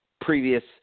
previous